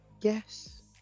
Yes